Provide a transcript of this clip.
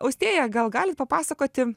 austėja gal galit papasakoti